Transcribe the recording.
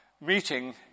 meeting